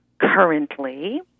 currently